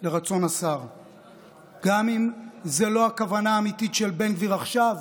גם אם זאת לא הכוונה האמיתית של בן גביר עכשיו,